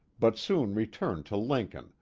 but soon returned to lincoln,